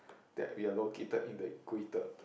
that we are located in the Equator